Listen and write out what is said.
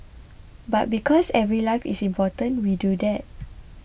but because every life is important we do that